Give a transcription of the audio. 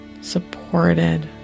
supported